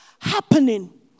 happening